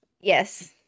Yes